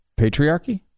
patriarchy